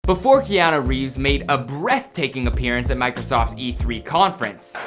before keanu reeves made a breathtaking appearance at microsoft's e three conference.